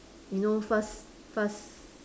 you know first first